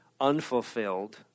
unfulfilled